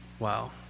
Wow